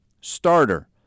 starter